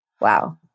Wow